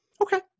okay